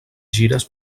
gires